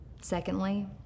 Secondly